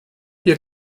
ihr